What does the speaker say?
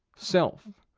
self,